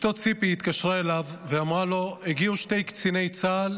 אשתו ציפי התקשרה אליו ואמרה לו: הגיעו שני קציני צה"ל